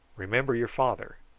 remember your father,